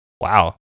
wow